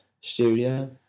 studio